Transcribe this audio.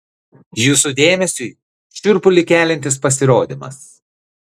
jūsų dėmesiui šiurpulį keliantis pasirodymas